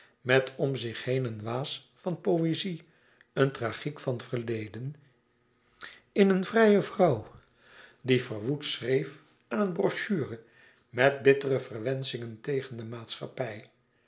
met om zich heen een waas van poëzie een tragiek van verleden in een vrije vrouw die verwoed schreef aan een brochure met bittere verwenschingen tegen de maatschappij